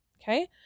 Okay